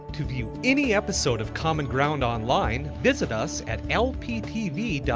to view any episode of common ground online visit us at lptv